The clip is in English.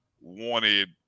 wanted